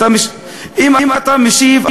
אם אתה משיב,